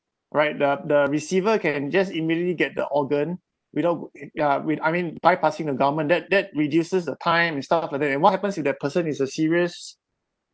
right the the receiver can just immediately get the organ without uh with I mean bypassing the government that that reduces the time and stuff like that and what happens if the person is a serious